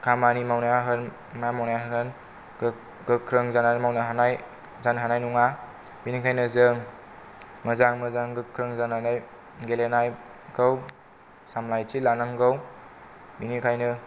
खामानि मावनायाव होन मा मावनायाव होन गोख्रों जानानै मावनो हानाय जानो हानाय नङा बिनिखायनो जों मोजां मोजां गोख्रों जानानै गेलेनायखौ सामलायथि लानांगौ बिनिखायनो